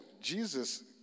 Jesus